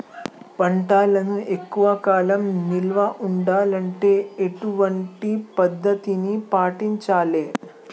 పంటలను ఎక్కువ కాలం నిల్వ ఉండాలంటే ఎటువంటి పద్ధతిని పాటించాలే?